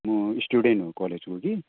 म स्टुडेन्ट हो कलेजको कि